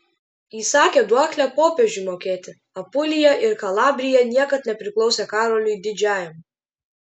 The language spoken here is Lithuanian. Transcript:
įsakė duoklę popiežiui mokėti apulija ir kalabrija niekad nepriklausė karoliui didžiajam